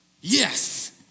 yes